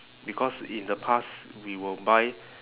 because in the past we will buy